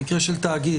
במקרה של תאגיד?